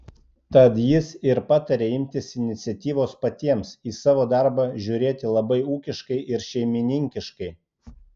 tad jis ir patarė imtis iniciatyvos patiems į savo darbą žiūrėti labai ūkiškai ir šeimininkiškai